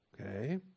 okay